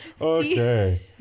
Okay